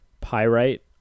Pyrite